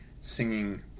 singing